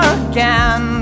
again